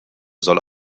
soll